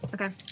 Okay